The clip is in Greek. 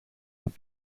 που